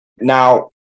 Now